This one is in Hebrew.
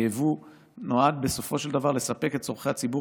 היבוא נועד בסופו של דבר לספק את צורכי הציבור